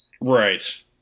Right